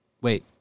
Wait